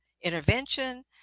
intervention